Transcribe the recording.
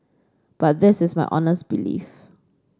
but this is my honest belief